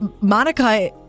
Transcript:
Monica